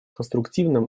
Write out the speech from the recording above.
конструктивным